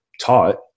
taught